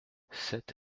sept